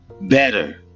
better